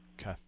Okay